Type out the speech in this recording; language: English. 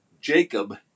Jacob